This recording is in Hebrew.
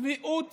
צביעות